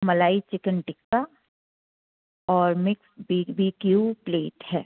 मलाई चिकन टिक्का और mix B B Q plate है